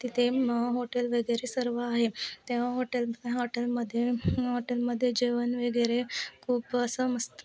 तिथे मग हॉटेल वगैरे सर्व आहे त्या हॉटेल हॉटेलमध्ये हॉटेलमध्ये जेवण वगैरे खूप असं मस्त